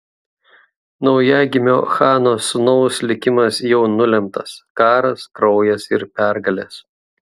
naujagimio chano sūnaus likimas jau nulemtas karas kraujas ir pergalės